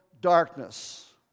darkness